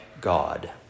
God